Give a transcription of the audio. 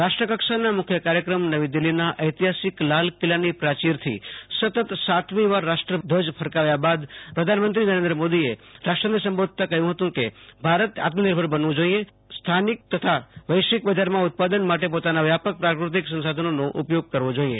રાષ્ટ્રકક્ષાના મુખ્ય કાર્યક્રમીનવી દિલ્હીના ઐતિહાસિક લાલ કિલ્લાની પ્રાચીરથી સતત સાતમી વાર રાષ્ટ્રધ્વજ ફરકાવ્યા બાદ પ્રધાનમંત્રી નુરેન્દ્ર મોદીએ રાષ્ટ્રને સંબોધતાં કહ્યું હતું કે ભારતને આત્મનિર્ભર બનવું જોઈએ અને સ્થાનિક તથા વૈશ્વિક બજારમાં ઉત્પાદન માટે પોતાના વ્યાપક પ્રાકૃતિક સંસાધાનોનો ઉપયોગ કરીવો જોઈએ